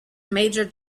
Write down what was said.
major